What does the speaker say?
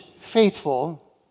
faithful